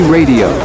Radio